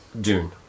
Dune